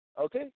okay